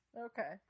Okay